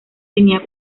tenía